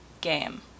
game